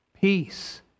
Peace